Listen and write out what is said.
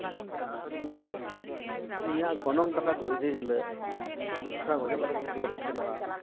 ᱤᱧᱟᱹᱜ ᱜᱚᱱᱚᱝ ᱴᱟᱠᱟ ᱠᱚ ᱤᱫᱤᱭ ᱦᱤᱞᱟᱹᱜ ᱥᱩᱱᱩᱢ ᱥᱟᱥᱟᱝ ᱠᱚ ᱚᱡᱚᱜ ᱠᱟᱛᱮᱫ ᱠᱚ